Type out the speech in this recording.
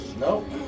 Nope